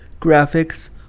graphics